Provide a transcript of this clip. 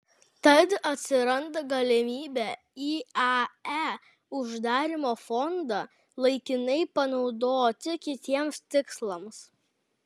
tad atsiranda galimybė iae uždarymo fondą laikinai panaudoti kitiems tikslams